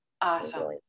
Awesome